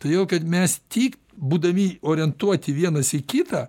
todėl kad mes tik būdami orientuoti vienas į kitą